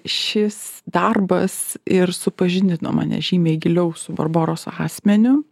šis darbas ir supažindino mane žymiai giliau su barboros asmeniu